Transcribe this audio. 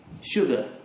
Sugar